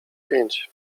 pięć